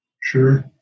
Sure